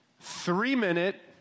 three-minute